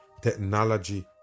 technology